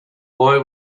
boy